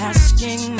Asking